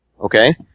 Okay